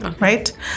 right